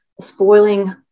spoiling